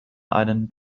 einen